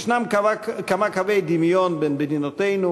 יש כמה קווי דמיון בין מדינותינו,